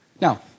Now